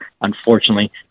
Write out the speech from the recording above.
unfortunately